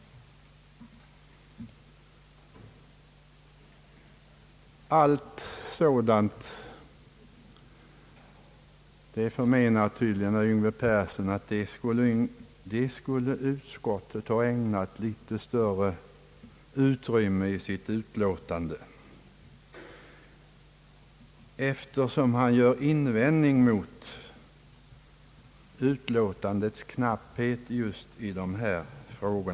Allt sådant förmenar tydligen herr Yngve Persson att utskottet skulle ha ägnat litet större utrymme i sitt utlåtande, eftersom han gör invändning mot utlåtandets knapphet just i dessa frågor.